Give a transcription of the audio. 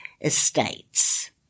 estates